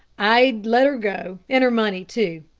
i'd let her go and her money, too,